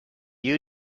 you